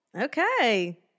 Okay